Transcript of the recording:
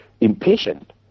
impatient